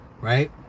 right